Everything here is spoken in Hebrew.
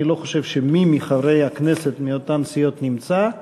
אני לא חושב שמי מחברי הכנסת מאותן סיעות נמצא.